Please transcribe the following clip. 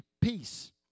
peace